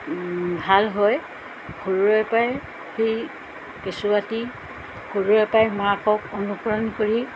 ভাল হয় সৰুৰেপৰাই সেই কেঁচুৱাটি সৰুৰেপৰাই মাকক অনুকৰণ কৰি